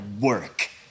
work